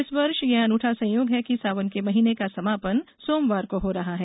इस वर्ष यह अनूठा संयोग है कि सावन के महीने का समापन सोमवार को हो रहा है